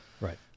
right